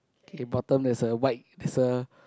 K to bottom there's a white there's a